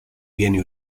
viene